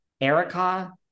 Erica